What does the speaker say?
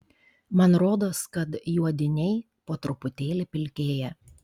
man rodos kad juodiniai po truputėlį pilkėja